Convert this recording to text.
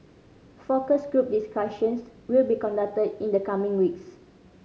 focus group discussions will be conducted in the coming weeks